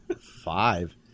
five